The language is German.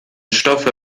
stoffe